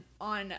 on